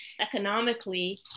economically